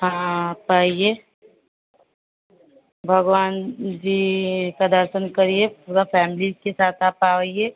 हाँ आप आइए भगवान जी का दर्शन करिए पूरी फैमिली के साथ आप आइए